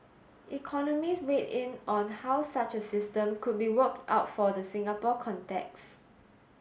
economists weighed in on how such a system could be worked out for the Singapore context